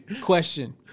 Question